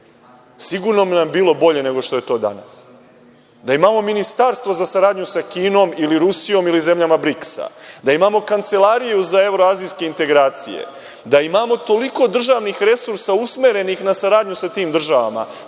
sigurno bi nam bilo bolje, nego što je to danas. Da imamo ministarstvo za saradnju sa Kinom ili Rusijom ili zemljama BRIKS-a, da imamo kancelariju za evroazijske integracije, da imamo toliko državnih resursa usmerenih na saradnju sa tim državama,